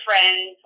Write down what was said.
friends